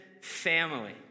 family